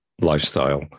lifestyle